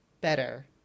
better